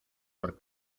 por